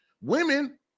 Women